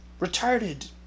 retarded